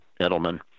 Edelman